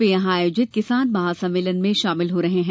वे यहां आयोजित किसान महासम्मेलन में शामिल हो रहे हैं